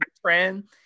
trend